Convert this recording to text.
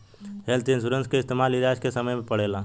health insurance के इस्तमाल इलाज के समय में पड़ेला